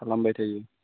खालामबाय थायो